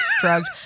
drugged